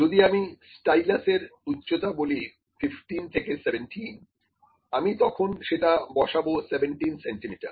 যদি আমি স্টাইলাসের উচ্চতা বলি 15 থেকে 17 আমি তখন সেটা বসাবো 17 সেন্টিমিটার